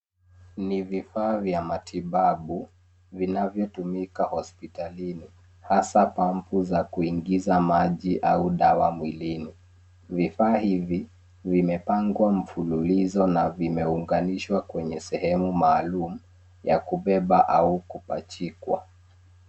Ni vifaa vya matibabu vinavyotumika hospitalini, hasaa pampu za kuingiza maji au dawa mwilini. Vifaa hivi vimepangwa mfululizo na vimeunganishwa kwenye sehemu maalum ya kubeba au kupachikwa.